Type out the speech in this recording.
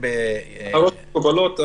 מקובלות.